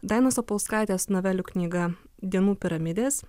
dainos opolskaitės novelių knyga dienų piramidės